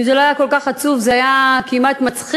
אם זה לא היה כל כך עצוב זה היה כמעט מצחיק,